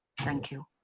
thank you.